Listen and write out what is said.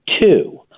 two